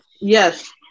Yes